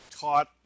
taught